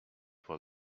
for